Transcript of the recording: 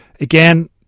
again